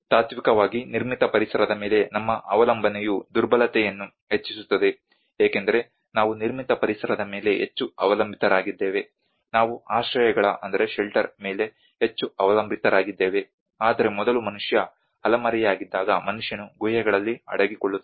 ತಾತ್ತ್ವಿಕವಾಗಿ ನಿರ್ಮಿತ ಪರಿಸರದ ಮೇಲೆ ನಮ್ಮ ಅವಲಂಬನೆಯು ದುರ್ಬಲತೆಯನ್ನು ಹೆಚ್ಚಿಸುತ್ತದೆ ಏಕೆಂದರೆ ನಾವು ನಿರ್ಮಿತ ಪರಿಸರದ ಮೇಲೆ ಹೆಚ್ಚು ಅವಲಂಬಿತರಾಗಿದ್ದೇವೆ ನಾವು ಆಶ್ರಯಗಳ ಮೇಲೆ ಹೆಚ್ಚು ಅವಲಂಬಿತರಾಗಿದ್ದೇವೆ ಆದರೆ ಮೊದಲು ಮನುಷ್ಯ ಅಲೆಮಾರಿಯಾಗಿದ್ದಾಗ ಮನುಷ್ಯನು ಗುಹೆಗಳಲ್ಲಿ ಅಡಗಿಕೊಳ್ಳುತ್ತಿದ್ದ